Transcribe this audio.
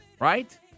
right